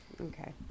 okay